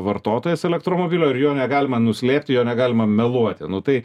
vartotojas elektromobilio ir jo negalima nuslėpti jo negalima meluoti nu tai